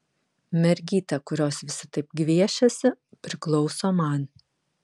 mergytė kurios visi taip gviešiasi priklauso man